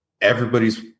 everybody's